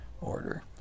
order